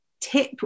tip